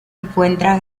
encuentra